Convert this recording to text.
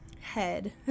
head